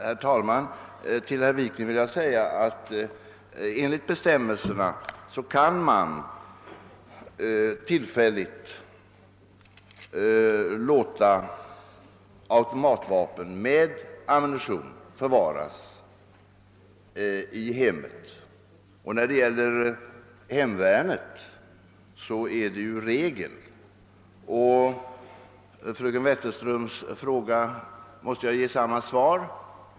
Herr talman! Till herr Wikner vill jag säga att enligt bestämmelserna kan man tillfälligt låta automatvapen med ammunition förvaras i hemmen. När det gäller hemvärnet är det ju regel. På fröken Wetterströms fråga måste jag ge samma svar.